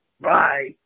Bye